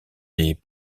est